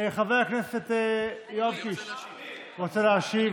חבר הכנסת יואב קיש רוצה להשיב